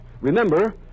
Remember